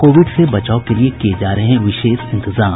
Covid से बचाव के लिये किये जा रहे हैं विशेष इंतजाम